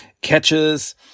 catches